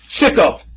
Sicko